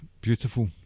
beautiful